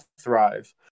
thrive